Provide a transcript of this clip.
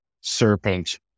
serpent